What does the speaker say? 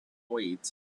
waits